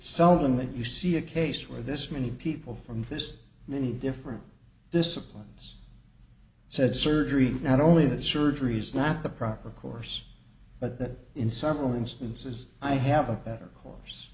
seldom that you see a case where this many people from this many different disciplines said surgery not only the surgeries not the proper course but that in several instances i have a better course